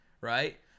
Right